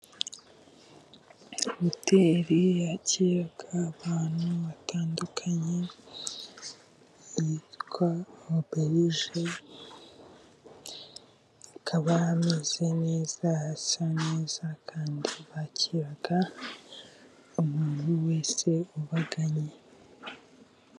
Hoteri yakira abantu batandukanye yitwa oberije, hakaba hameze neza hasa neza kandi bakira umuntu wese ubaganye.